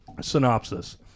Synopsis